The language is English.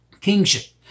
kingship